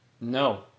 No